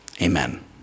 Amen